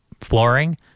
flooring